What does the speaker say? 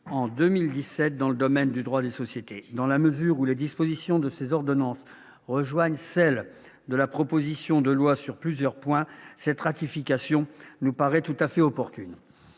en 2017 dans le domaine du droit des sociétés. Dans la mesure où les dispositions de ces ordonnances rejoignent celles de la proposition de loi sur plusieurs points, cette ratification nous paraît tout à fait opportune.